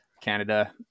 Canada